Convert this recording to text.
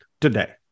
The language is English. today